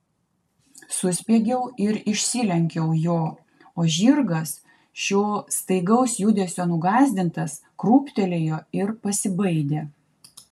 suspiegiau ir išsilenkiau jo o žirgas šio staigaus judesio nugąsdintas krūptelėjo ir pasibaidė